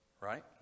Right